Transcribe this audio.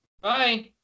bye